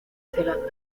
zelanda